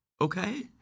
Okay